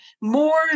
more